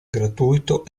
gratuito